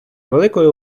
великою